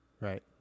Right